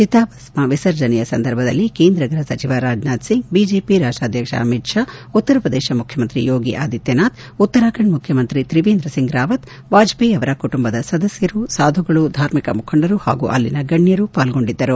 ಚಿತಾಭಸ್ಮ ವಿಸರ್ಜನೆಯ ಕಾರ್ಯಕ್ರಮದಲ್ಲಿ ಕೇಂದ್ರ ಗೃಹ ಸಚಿವ ರಾಜನಾಥ್ ಸಿಂಗ್ ಬಿಜೆಪಿ ಅಧ್ಯಕ್ಷ ಅಮಿತ್ ಶಾ ಉತ್ತರಪ್ರದೇಶ ಮುಖ್ಯಮಂತ್ರಿ ಯೋಗಿ ಆದಿತ್ಲನಾಥ್ ಉತ್ತರಾಖಂಡ್ ಮುಖ್ಯಮಂತ್ರಿ ತ್ರಿವೇಂದ್ರಸಿಂಗ್ ರಾವತ್ ವಾಜಪೇಯಿ ಅವರ ಕುಟುಂಬ ಸದಸ್ನರು ಸಾಧುಗಳು ಧಾರ್ಮಿಕ ಮುಖಂಡರು ಹಾಗೂ ಅಲ್ಲಿನ ಗಣ್ಣರು ಪಾಲ್ಗೊಂಡಿದ್ದರು